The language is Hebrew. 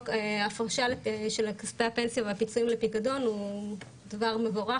הפרשה של כספי הפנסיה והפיצויים לפיקדון הוא דבר מבורך